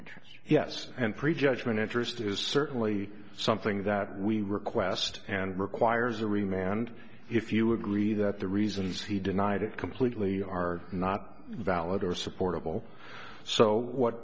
interest yes and pre judgment interest is certainly something that we request and requires a re man and if you agree that the reasons he denied it completely are not valid or supportable so what